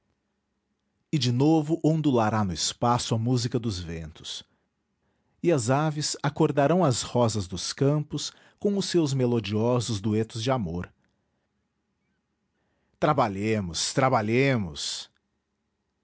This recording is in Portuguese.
de novo ondulará no espaço a música dos ventos e as aves acordarão as rosas dos campos com os seus melodiosos duetos de amor trabalhemos trabalhemos